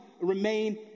remain